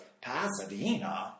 Pasadena